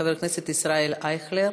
חבר הכנסת ישראל אייכלר,